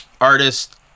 artist